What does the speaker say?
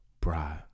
bride